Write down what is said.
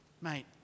mate